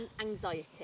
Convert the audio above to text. anxiety